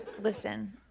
Listen